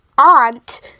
aunt